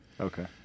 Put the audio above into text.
Okay